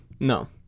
No